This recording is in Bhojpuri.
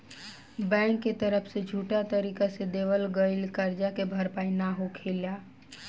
बैंक के तरफ से झूठा तरीका से देवल गईल करजा के भरपाई ना होखेला